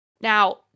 Now